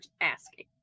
asking